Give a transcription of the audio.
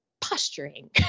posturing